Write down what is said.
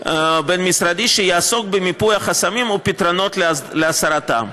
בין-משרדי שיעסוק במיפוי החסמים והפתרונות להסרתם.